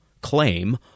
claim